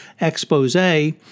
expose